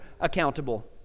accountable